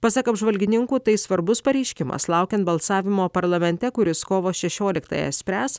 pasak apžvalgininkų tai svarbus pareiškimas laukiant balsavimo parlamente kuris kovo šešioliktąją spręs